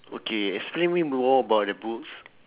okay explain to me more about the books